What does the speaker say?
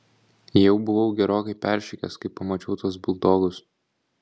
jau buvau gerokai peršikęs kai pamačiau tuos buldogus